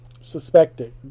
suspected